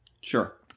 Sure